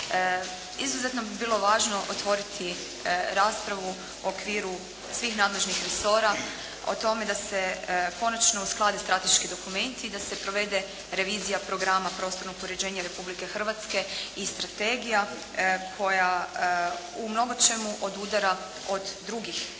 Izuzetno bi bilo važno otvoriti raspravu u okviru svih nadležnih resora o tome da se konačno usklade strateški dokumenti i da se provede revizija programa prostornog uređenja Republike Hrvatske i strategija koja u mnogočemu odudara od drugih